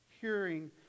hearing